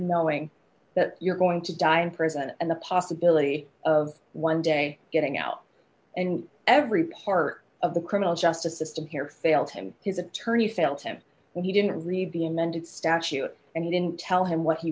knowing that you're going to die in prison and the possibility of one day getting out and every part of the criminal justice system here failed him his attorney failed him when he didn't read the amended statute and he didn't tell him what he